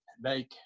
make